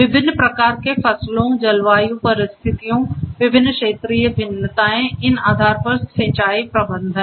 विभिन्न प्रकार के फसलों जलवायु परिस्थितियों विभिन्न क्षेत्रीय भिन्नताएं इन आधार पर सिंचाई प्रबंधन